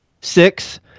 Six